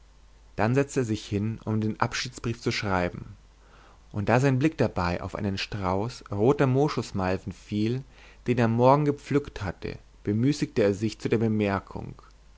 dann setzte er sich hin um den abschiedsbrief zu schreiben und da sein blick dabei auf einen strauß roter moschusmalven fiel den er am morgen gepflückt hatte bemüßigte er sich zu der bemerkung